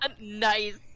Nice